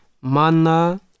mana